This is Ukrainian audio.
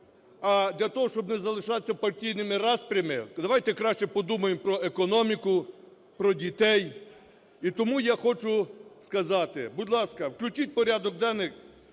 А для того, щоб не залишатися партійними распрями, давайте краще подумаємо про економіку, про дітей. І тому я хочу сказати, будь ласка, включіть в порядок денний